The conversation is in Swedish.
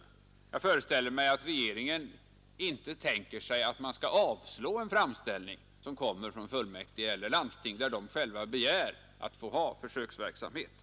Jag föreställer mig att — CI GS — regeringen inte tänker sig att man skall avslå framställningar som kommer Närvarorätt vid från kommunfullmäktige eller landstingen, där de själva begär att få ha sammanträde med försöksverksamhet.